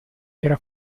era